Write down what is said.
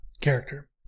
character